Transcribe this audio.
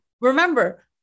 remember